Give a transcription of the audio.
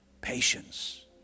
patience